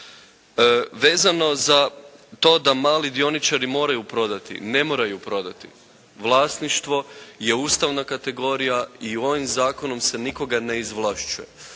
Vezano za to da mali dioničari moraju prodati, ne moraju prodati, vlasništvo je ustavna kategorija i ovim zakonom se nikoga ne izvlašćuje,